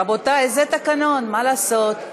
רבותי, זה התקנון, מה לעשות?